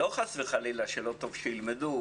לא חס וחלילה שלא טוב שילמדו,